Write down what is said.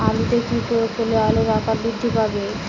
আলুতে কি প্রয়োগ করলে আলুর আকার বৃদ্ধি পাবে?